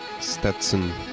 Stetson